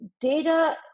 data